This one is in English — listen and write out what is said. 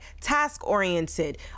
task-oriented